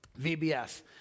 VBS